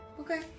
Okay